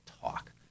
talk